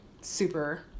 super